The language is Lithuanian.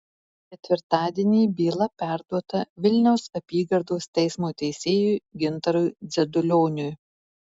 ketvirtadienį byla perduota vilniaus apygardos teismo teisėjui gintarui dzedulioniui